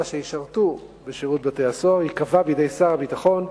שישרתו בשירות בתי-הסוהר ייקבע בידי שר הביטחון,